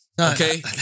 Okay